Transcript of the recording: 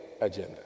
agenda